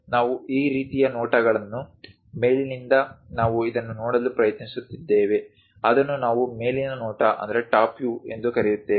ನಾವು ಈ ರೀತಿಯ ನೋಟಗಳನ್ನು ಮೇಲಿನಿಂದ ನಾವು ಇದನ್ನು ನೋಡಲು ಪ್ರಯತ್ನಿಸುತ್ತಿದ್ದೇವೆ ಅದನ್ನು ನಾವು ಮೇಲಿನ ನೋಟ ಎಂದು ಕರೆಯುತ್ತೇವೆ